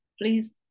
please